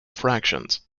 fractions